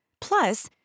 Plus